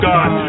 God